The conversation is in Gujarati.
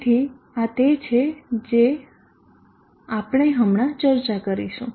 તેથી આ તે છે જે આપણે હમણાં ચર્ચા કરીશું